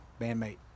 bandmate